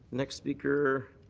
next speaker.